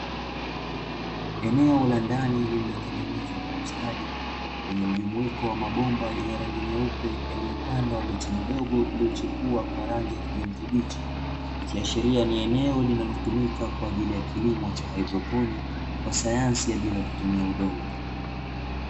Eneo la ndani lililotengenezwa kwa ustadi lenye mjumuiko wa mabomba yenye rangi nyeupe yaliyopandwa miche midogo iliyochipua kwa rangi ya kijani kibichi, ikiashiria kuwa ni eneo linalotumika kwa ajili ya kilimo cha haidroponi kwa sayansi ya bila kutumia udongo.